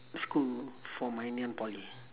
school for my ngee ann-poly